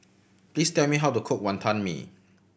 please tell me how to cook Wonton Mee